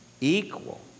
equal